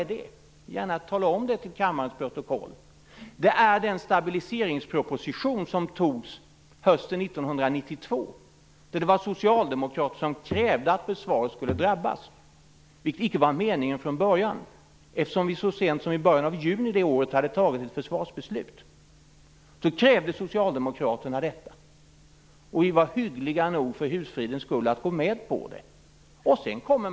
Jag vill gärna redovisa det för kammarens protokoll: Det är den stabiliseringsproposition som antogs hösten 1992, då socialdemokrater krävde att försvaret skulle drabbas, vilket icke var meningen från början, eftersom vi så sent som i början av juni det året hade vi fattat ett försvarsbeslut. Men socialdemokraterna krävde detta, och vi var för husfridens skull hyggliga nog att gå med på det.